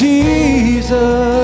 Jesus